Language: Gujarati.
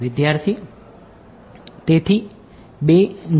વિદ્યાર્થી તેથી 2 0